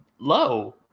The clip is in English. low